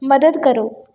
ਮਦਦ ਕਰੋ